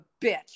bitch